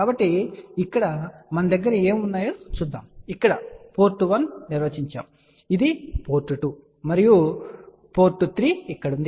కాబట్టి ఇక్కడ మన దగ్గర ఏమి ఉన్నాయో చూద్దాం ఇక్కడ పోర్ట్ 1 నిర్వచించబడింది ఇది పోర్ట్ 2 మరియు పోర్ట్ 3 ఇక్కడ ఉంది